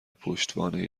پشتوانه